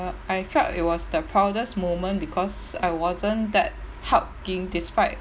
I felt it was the proudest moment because I wasn't that hardworking despite